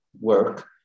work